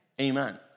Amen